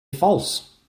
false